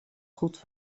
goed